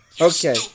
okay